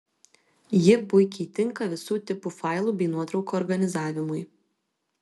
ji puikiai tinka visų tipų failų bei nuotraukų organizavimui